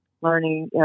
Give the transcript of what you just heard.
learning